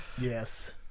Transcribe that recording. Yes